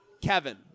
Kevin